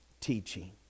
teaching